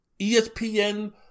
ESPN